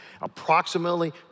Approximately